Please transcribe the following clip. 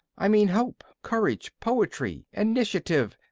i mean hope, courage, poetry, initiative,